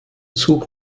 zug